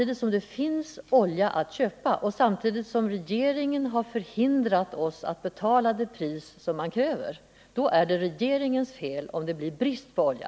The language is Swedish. Då det finns olja att köpa och då regeringen har hindrat oss att betala det pris som krävs, är det regeringens fel, om det blir brist på olja.